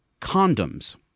condoms